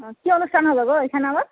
কি অনুষ্ঠান হবে গো ওইখানে আবার